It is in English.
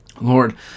Lord